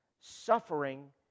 Suffering